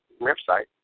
website